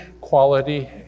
quality